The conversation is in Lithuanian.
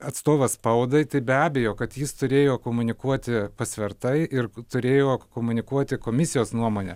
atstovas spaudai tai be abejo kad jis turėjo komunikuoti pasvertai ir turėjo komunikuoti komisijos nuomonę